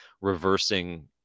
reversing